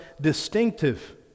distinctive